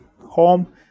Home